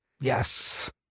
Yes